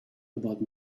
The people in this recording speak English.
about